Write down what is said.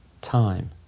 time